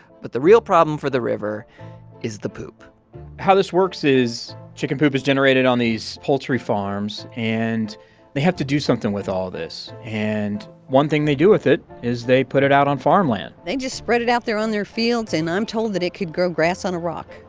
but the real problem for the river is the poop how this works is chicken poop is generated on these poultry farms, and they have to do something with all this. and one thing they do with it is they put it out on farmland they just spread it out there on their fields, and i'm told that it could grow grass on a rock.